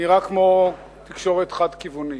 נראה כמו תקשורת חד-כיוונית.